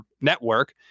network